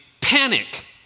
panic